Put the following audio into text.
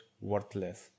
worthless